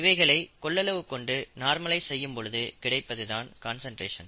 இவைகளை கொள்ளளவு கொண்டு நார்மலைஸ் செய்யும் பொழுது கிடைப்பதுதான் கான்சன்ட்ரேஷன்